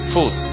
Food